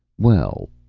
well,